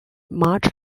much